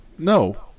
No